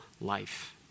life